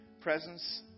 presence